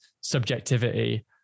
subjectivity